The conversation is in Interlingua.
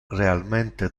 realmente